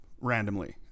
randomly